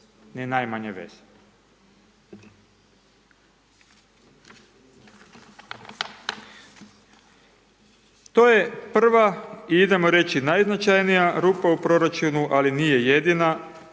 ni najmanje veze. To je prva i idemo reći najznačajnija rupa u proračunu, ali nije jedina,